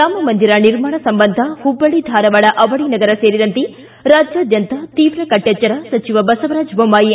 ರಾಮಮಂದಿರ ನಿರ್ಮಾಣ ಸಂಬಂಧ ಪುಬ್ಬಳ್ಳಿ ಧಾರವಾಡ ಅವಳಿ ನಗರ ಸೇರಿದಂತೆ ರಾಜ್ಯಾದ್ಯಂತ ತೀವ್ರ ಕಟ್ಟೆಚ್ಚರ ಸಚಿವ ಬಸವರಾಜ ಬೊಮ್ಮಾಯಿ